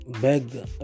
beg